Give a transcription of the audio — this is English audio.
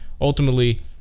ultimately